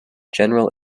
general